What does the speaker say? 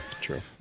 True